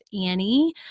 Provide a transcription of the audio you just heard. Annie